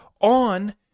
on